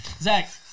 Zach